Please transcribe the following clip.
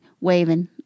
waving